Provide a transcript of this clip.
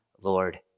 Lord